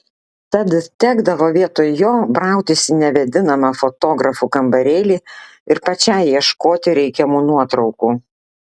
tad tekdavo vietoj jo brautis į nevėdinamą fotografų kambarėlį ir pačiai ieškoti reikiamų nuotraukų